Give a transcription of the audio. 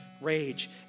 rage